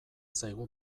zaigu